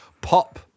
Pop